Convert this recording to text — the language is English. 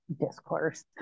discourse